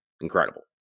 Incredible